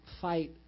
fight